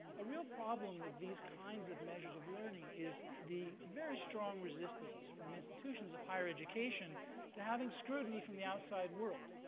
a real problem with these kinds of measures of learning is the very strong resistance from institutions of higher education to having scrutiny from the outside world.